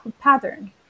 pattern